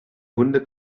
hunde